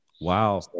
wow